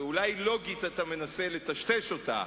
אולי לוגית אתה מנסה לטשטש אותה,